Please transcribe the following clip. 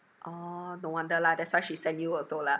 orh no wonder lah that's why she send you also lah